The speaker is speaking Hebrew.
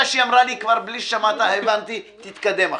תודה.